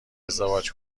ازدواج